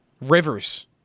Rivers